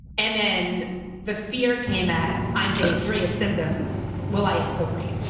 and then the fear came at. i'm they three of symptoms will i still breathe